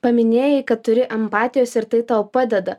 paminėjai kad turi empatijos ir tai tau padeda